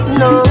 no